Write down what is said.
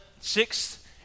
sixth